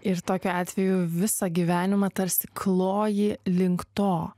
ir tokiu atveju visą gyvenimą tarsi kloji link to